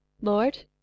Lord